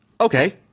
Okay